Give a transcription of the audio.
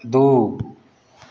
दू